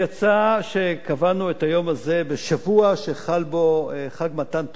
יצא שקבענו את היום הזה בשבוע שחל בו חג מתן תורה,